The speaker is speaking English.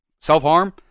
self-harm